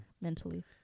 Mentally